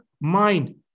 mind